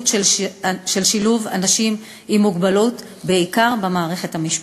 של שילוב אנשים עם מוגבלות בעיקר במערכת המשפטית.